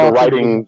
writing